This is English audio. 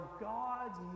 God's